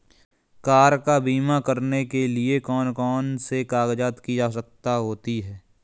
Car का बीमा करने के लिए कौन कौन से कागजात की आवश्यकता होती है?